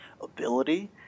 ability